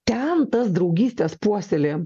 ten tas draugystes puoselėjam